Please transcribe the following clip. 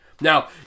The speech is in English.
Now